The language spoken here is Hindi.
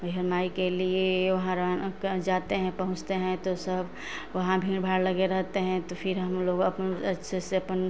मइहर माई के लिए वहाँ का जाते हैं पहुँचते हैं तो सब वहाँ भीड़ भाड़ लगे रहते हैं तो फिर हम लोग अपन अच्छे से अपन